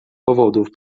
powodów